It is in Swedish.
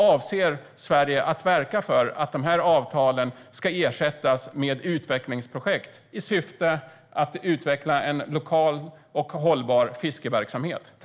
Avser Sverige att verka för att dessa avtal ska ersättas med ett utvecklingsprojekt i syfte att utveckla en lokal och hållbar fiskeverksamhet?